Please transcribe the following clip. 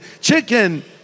chicken